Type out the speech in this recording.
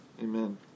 Amen